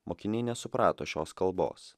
mokiniai nesuprato šios kalbos